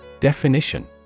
Definition